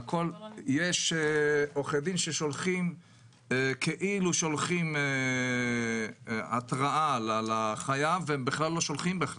יש עורכי דין כאילו שולחים התראה לחייב והם בכלל לא שולחים.